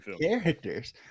characters